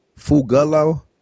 Fugalo